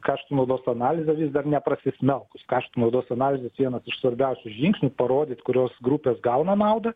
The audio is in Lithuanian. kaštų naudos analizė vis dar neprasismelkus kaštų naudos analizės vienas iš svarbiausių žingsnių parodyt kurios grupės gauna naudą